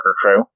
crew